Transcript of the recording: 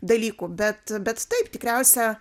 dalykų bet bet taip tikriausia